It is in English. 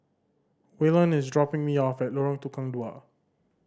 Waylon is dropping me off at Lorong Tukang Dua